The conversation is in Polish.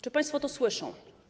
Czy państwo to słyszą?